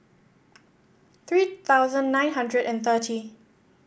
three thousand nine hundred and thirty